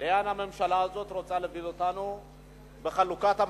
לאן הממשלה הזאת רוצה להוביל אותנו בחלוקת המשאבים,